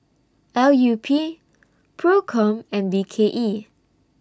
L U P PROCOM and B K E